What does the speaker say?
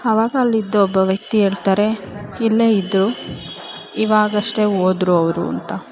ಅವಾಗ ಅಲ್ಲಿದ್ದ ಒಬ್ಬ ವ್ಯಕ್ತಿ ಹೇಳ್ತಾರೆ ಇಲ್ಲೇ ಇದ್ದರು ಇವಾಗಷ್ಟೆ ಹೋದ್ರು ಅವರು ಅಂತ